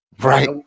Right